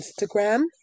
Instagram